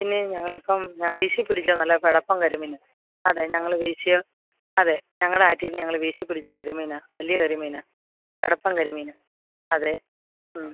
പിന്നെ ഞങ്ങൾ ഇപ്പം ആ വീശി പിടിച്ച നല്ല പെടപ്പൻ കരിമീൻ അതെ ഞങ്ങൾ വീശിയ അതെ ഞങ്ങൾ ആറ്റിൽ നിന്ന് ഞങ്ങൾ വീശി പിടിച്ച കരിമീനാണ് വലിയ കരിമീനാണ് പെടപ്പൻ കരിമീൻ അതെ